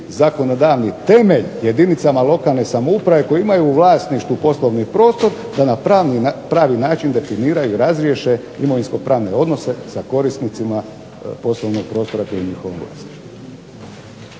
zakonodavni temelj jedinicama lokalne samouprave koje imaju u vlasništvu poslovni prostor da na pravi način definiraju i razriješe imovinsko-pravne odnose sa korisnicima poslovnog prostora koji je u njihovom vlasništvu.